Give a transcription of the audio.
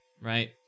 right